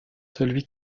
celui